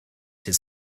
his